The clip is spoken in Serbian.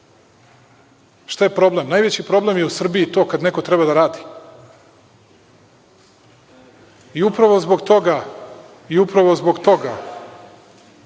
Šta je problem? Najveći problem je u Srbiji to kad neko treba da radi i upravo zbog toga što je to